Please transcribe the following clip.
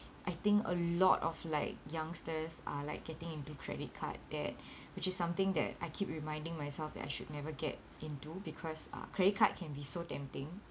I think a lot of like youngsters are like getting into credit card debt which is something that I keep reminding myself that I should never get into because uh credit card can be so tempting